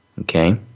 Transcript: Okay